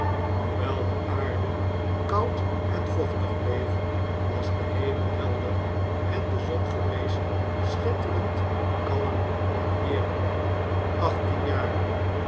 hoewel de aarde koud en vochtig bleef was de hemel helder en de zon verrees schitterend kalm en heerlyk achttien jaren